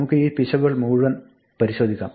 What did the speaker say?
നമുക്ക് ഈ പിശകുകൾ മുഴുവൻ പരിശോധിക്കാം